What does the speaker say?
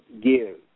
give